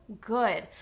good